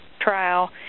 trial